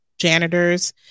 janitors